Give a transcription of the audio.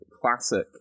classic